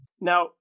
now